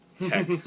Tech